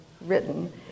written